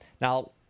Now